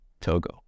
Togo